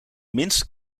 minste